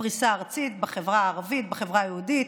בפריסה ארצית, בחברה הערבית, בחברה היהודית.